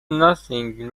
nothing